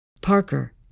Parker